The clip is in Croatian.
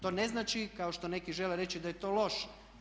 To ne znači kao što neki žele reći da je to loše.